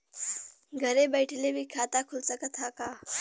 घरे बइठले भी खाता खुल सकत ह का?